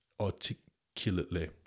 articulately